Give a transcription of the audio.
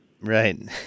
Right